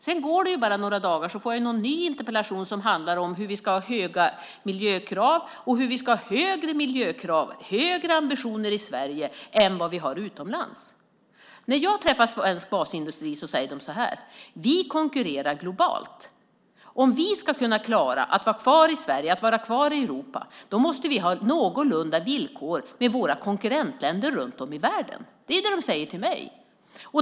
Sedan går det bara några dagar tills jag får en ny interpellation som handlar om hur vi ska ha höga miljökrav och hur vi ska ha högre miljökrav och högre ambitioner i Sverige är vad man har utomlands. När jag träffar svensk basindustri säger de så här till mig: Vi konkurrerar globalt. Om vi ska kunna klara att vara kvar i Sverige och i Europa måste vi ha villkor som är någorlunda likvärdiga med dem som våra konkurrensländer runt om i världen har.